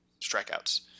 strikeouts